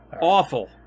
awful